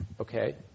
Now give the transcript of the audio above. okay